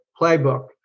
playbook